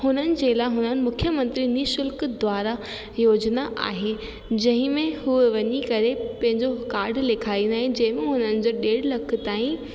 हुननि जे लाइ हुननि मूंखे मंत्रियुनि जी शुल्क द्वारा योजना आहे जंहिंमें हुअ वञी करे पंहिंजो कार्ड लिखाईंदा आहिनि जंहिंमां हुननि जो ॾेढ लख ताईं